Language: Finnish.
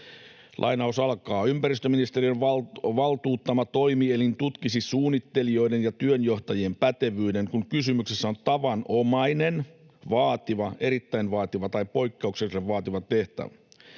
kaikille aloille. ”Ympäristöministeriön valtuuttama toimielin tutkisi suunnittelijoiden ja työnjohtajien pätevyyden, kun kysymyksessä on tavanomainen, vaativa, erittäin vaativa tai poikkeuksellisen vaativa tehtävä.”